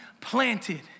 planted